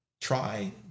try